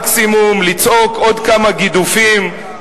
מקסימום לצעוק עוד כמה גידופים,